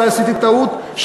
שעשיתי טעות,